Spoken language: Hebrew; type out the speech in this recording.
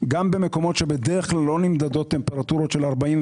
גם במקומות שבהם בדרך כלל לא נמדדות טמפרטורות של 41,